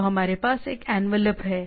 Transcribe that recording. तो हमारे पास एनवेलप है